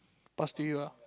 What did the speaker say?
pass to you lah